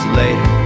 later